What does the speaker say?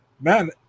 Man